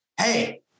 hey